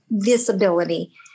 disability